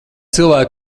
cilvēku